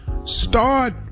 Start